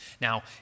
Now